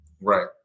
Right